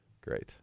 Great